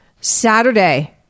Saturday